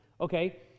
Okay